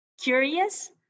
curious